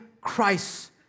Christ